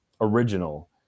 original